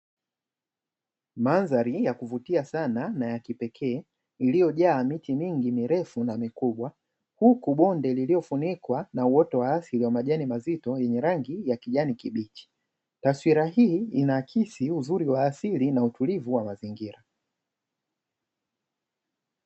Mandhari ya kuvutia sana na ya kipekee iliyojaa miti mingi mirefu na mikubwa, huku bonde likilofunikwa na uoto wa asili wa majini mazito wenye rangi ya kijani kibichi. Taswira hii inaakisi uzuri wa asili na utulivu wa mazingira.